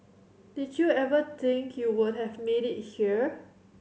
did you ever think you would have made it here